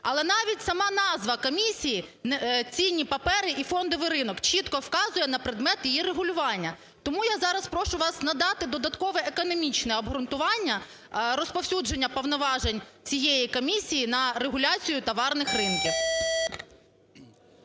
Але навіть сама назва комісії – цінні папери і фондовий ринок – чітко вказує на предмет її регулювання. Тому я зараз прошу вас надати додаткове економічне обґрунтування розповсюдження повноважень цієї комісії на регуляцію товарних ринків.